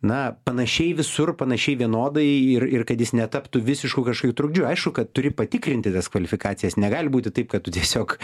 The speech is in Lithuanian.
na panašiai visur panašiai vienodai ir ir kad jis netaptų visišku kažkokiu trukdžiu aišku kad turi patikrinti tas kvalifikacijas negali būti taip kad tu tiesiog